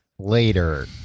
Later